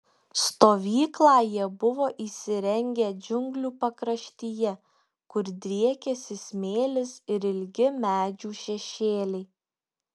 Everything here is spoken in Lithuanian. stovyklą jie buvo įsirengę džiunglių pakraštyje kur driekėsi smėlis ir ilgi medžių šešėliai